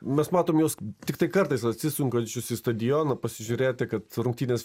mes matome juos tiktai kartais atsisukančius į stadioną pasižiūrėti kad rungtynės